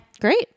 Great